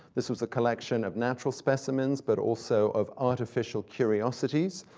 this was a collection of natural specimens, but also of artificial curiosities,